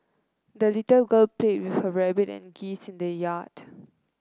the little girl played with her rabbit and geese in the yard